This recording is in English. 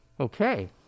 Okay